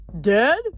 dead